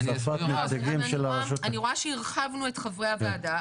הוספת נציגים של הרשות --- אני רואה שהרחבנו את חברי הוועדה,